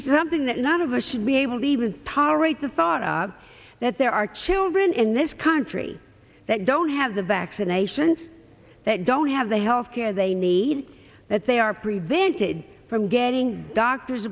you something that is not of the should be able to even powerade the thought that there are children in this country that don't have the vaccinations that don't have the health care they need that they are prevented from getting doctors